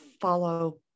follow